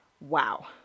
Wow